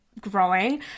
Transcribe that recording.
growing